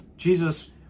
Jesus